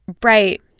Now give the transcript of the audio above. bright